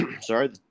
sorry